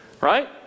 right